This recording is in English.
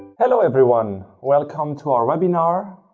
hello, everyone. welcome to our webinar.